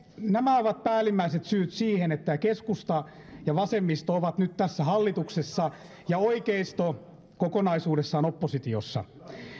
nämä ovat päällimmäiset syyt siihen että keskusta ja vasemmisto ovat nyt tässä hallituksessa ja oikeisto kokonaisuudessaan oppositiossa